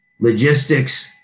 logistics